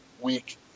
Week